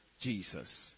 Jesus